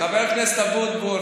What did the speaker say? חבר הכנסת אבוטבול,